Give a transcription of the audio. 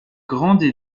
grandes